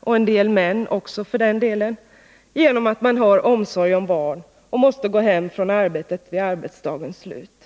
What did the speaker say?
och en del män också för den delen, hindras på grund av att de har omsorg om barn och måste gå hem från arbetet vid arbetsdagens slut.